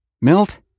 Milt